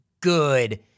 good